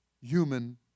human